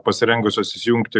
pasirengusios įsijungti